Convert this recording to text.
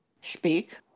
speak